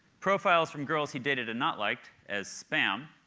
profiles from girls he dated and not liked, as spam,